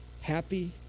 happy